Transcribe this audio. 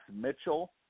Mitchell